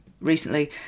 recently